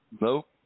Nope